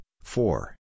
four